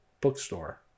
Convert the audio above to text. bookstore